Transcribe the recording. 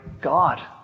God